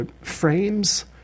frames